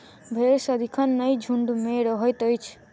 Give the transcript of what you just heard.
भेंड़ सदिखन नै झुंड मे रहैत अछि